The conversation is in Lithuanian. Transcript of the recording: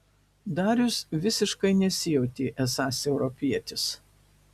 darius visiškai nesijautė esąs europietis